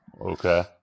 Okay